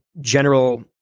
general